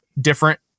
different